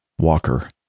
Walker